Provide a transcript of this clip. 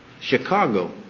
Chicago